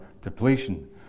depletion